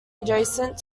adjacent